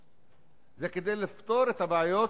זה כדי לפתור את הבעיות